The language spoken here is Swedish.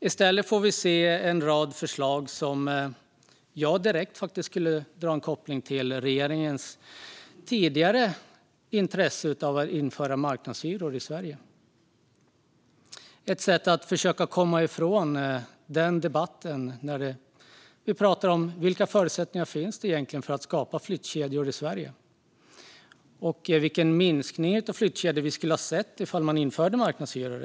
I stället får vi se en rad förslag där jag direkt skulle göra en koppling till regeringens tidigare intresse av att införa marknadshyror i Sverige. Det är ett sätt att försöka komma ifrån att prata om vilka förutsättningar det egentligen finns för att skapa flyttkedjor i Sverige och vilken minskning av flyttkedjor vi skulle ha sett om man infört marknadshyror.